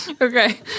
okay